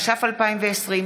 התש"ף 2020,